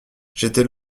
j’étais